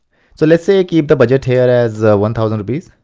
so let's say keep the budget here as one thousand rupees.